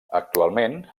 actualment